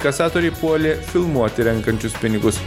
kasatoriai puolė filmuoti renkančius pinigus